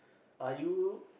are you